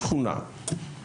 דיסנילנד ושכונה ובעצם,